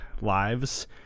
lives